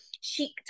chic